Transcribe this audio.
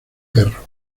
perro